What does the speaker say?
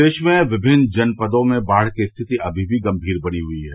प्रदेश में विभिन्न जनपदों में बाढ़ की स्थिति अमी भी गंमीर बनी हुई है